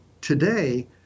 today